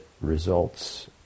results